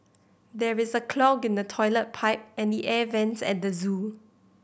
there is a clog in the toilet pipe and the air vents at the zoo